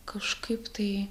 kažkaip tai